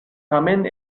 tamen